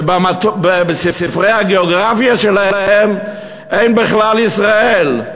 ובספרי הגיאוגרפיה שלהם אין בכלל ישראל.